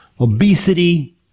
obesity